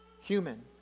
human